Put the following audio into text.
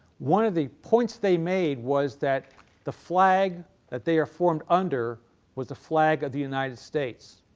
one of the points they made was that the flag that they are formed under was the flag of the united states,